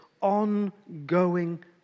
ongoing